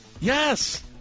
Yes